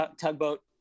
tugboat